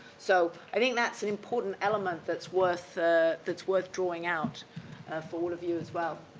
so, i think that's an important element that's worth that's worth drawing out for all of you as well.